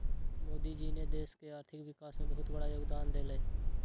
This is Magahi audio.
मोदी जी ने देश के आर्थिक विकास में बहुत बड़ा योगदान देलय